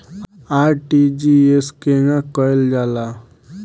RTGS केगा करलऽ जाला?